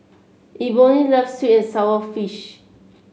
Eboni loves sweet and sour fish